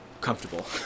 comfortable